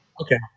Okay